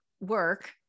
work